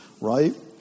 Right